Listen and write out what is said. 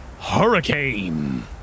Hurricane